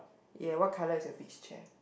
what colour is your beach chair